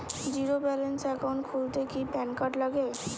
Zero balance account খুলতে কি PAN card লাগে?